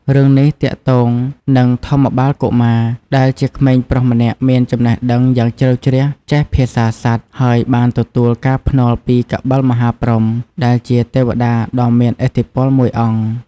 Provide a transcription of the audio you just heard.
រឿងនេះទាក់ទងនឹង ធម្មបាលកុមារ ដែលជាក្មេងប្រុសម្នាក់មានចំណេះដឹងយ៉ាងជ្រៅជ្រះចេះភាសាសត្វ ហើយបានទទួលការភ្នាល់ពី កបិលមហាព្រហ្ម ដែលជាទេវតាដ៏មានឥទ្ធិពលមួយអង្គ។